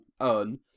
earn